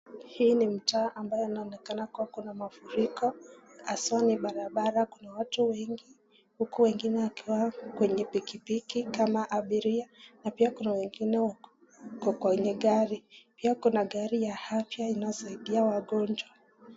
Hii ni mtaa ambayo inaonekana kuna mafuriko aswa ni barabara kuna watu wengi huku wengine wakiwa kwenye pikipiki kama abiria na pia kuna wengine wako kwenye gari . Pia kuna gari ya afya inayosaidia wagojwa.